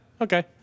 okay